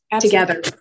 together